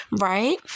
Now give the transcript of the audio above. right